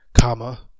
comma